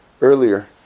earlier